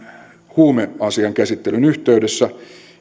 huumeasian käsittelyn yhteydessä